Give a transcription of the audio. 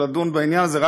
ולדון בעניין הזה,